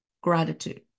Gratitude